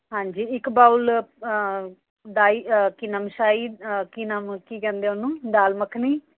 ਹਾਂਜੀ ਇੱਕ ਬਾਊਲ ਡਾਈ ਕੀ ਨਾਮ ਸ਼ਾਈ ਕੀ ਨਾਮ ਕੀ ਕੀ ਕਹਿੰਦੇ ਉਹਨੂੰ ਦਾਲ ਮੱਖਣੀ